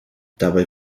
dabei